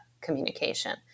communication